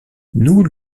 nous